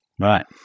Right